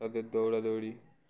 তাদের দৌড়া দৌড়ি